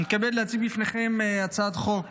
אני מתכבד להציג בפניכם את הצעת חוק